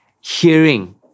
hearing